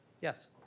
Yes